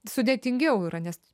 sudėtingiau yra nes